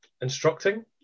instructing